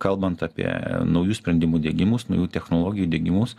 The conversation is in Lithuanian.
kalbant apie naujų sprendimų diegimus naujų technologijų diegimus